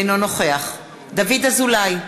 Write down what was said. אינו נוכח דוד אזולאי,